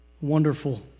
wonderful